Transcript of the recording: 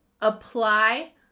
apply